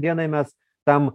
dienai mes tam